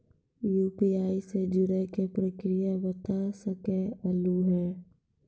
UPI से जुड़े के प्रक्रिया बता सके आलू है?